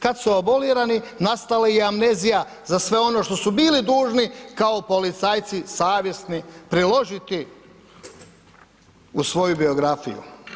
Kad su abolirani nastala je amnezija za sve ono što su bili dužni kao policajci savjesni priložiti uz svoju biografiju.